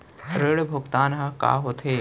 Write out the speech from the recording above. ऋण भुगतान ह का होथे?